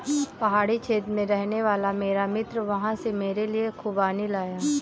पहाड़ी क्षेत्र में रहने वाला मेरा मित्र वहां से मेरे लिए खूबानी लाया